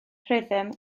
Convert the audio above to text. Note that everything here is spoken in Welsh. rhythm